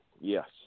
Yes